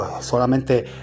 Solamente